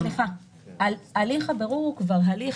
הליך הבירור הוא הליך